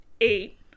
eight